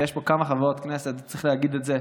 ויש פה כמה חברות כנסת, צריך להגיד את זה,